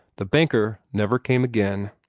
the banker never came again.